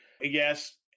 Yes